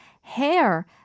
hair